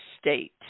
state